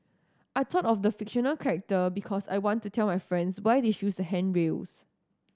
I thought of the fictional character because I want to tell my friends why they should use the handrails